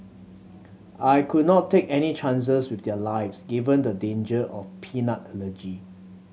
I could not take any chances with their lives given the danger of peanut allergy